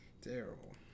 terrible